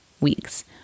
weeks